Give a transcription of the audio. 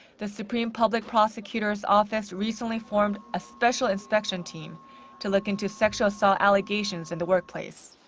the supreme public prosecutors' office recently formed a special inspection team to look into sexual assault allegations in the workplace.